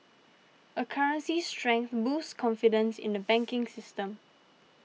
a currency's strength boosts confidence in the banking system